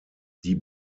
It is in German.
die